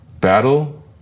battle